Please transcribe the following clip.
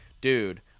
dude